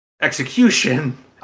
execution